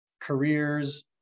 careers